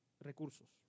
recursos